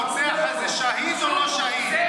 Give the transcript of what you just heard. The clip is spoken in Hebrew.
הרוצח הזה שהיד או לא שהיד?